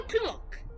o'clock